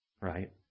right